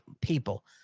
people